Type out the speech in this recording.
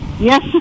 yes